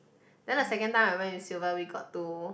then the second time I went with Silver we got to